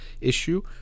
issue